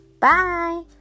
Bye